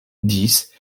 dix